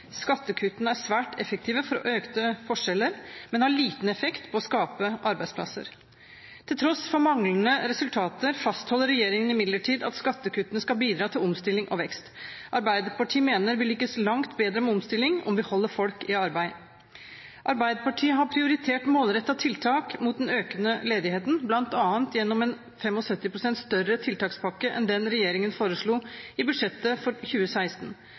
Skattekuttene er svært effektive for økte forskjeller, men har liten effekt når det gjelder å skape arbeidsplasser. Til tross for manglende resultater fastholder regjeringen imidlertid at skattekuttene skal bidra til omstilling og vekst. Arbeiderpartiet mener vi lykkes langt bedre med omstilling om vi holder folk i arbeid. Arbeiderpartiet har prioritert målrettede tiltak mot den økende ledigheten, bl.a. gjennom en 75 pst. større tiltakspakke enn den regjeringen foreslo i budsjettet for 2016,